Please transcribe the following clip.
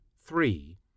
three